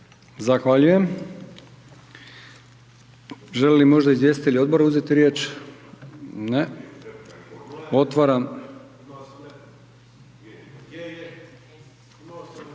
Zahvaljujem. Želi li možda izvjestitelji odbora uzeti riječ? Ne. Otvaram